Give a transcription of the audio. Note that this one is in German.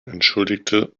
entschuldigte